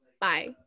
Bye